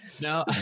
No